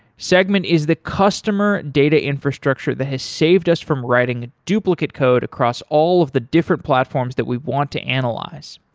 segment is the customer data infrastructure that has saved us from writing duplicate code across all of the different platforms that we want to analyze.